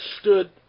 stood